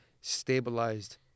stabilized